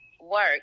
work